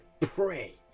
pray